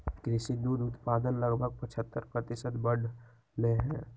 कृषि दुग्ध उत्पादन लगभग पचहत्तर प्रतिशत बढ़ लय है